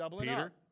Peter